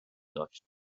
داشت